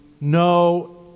no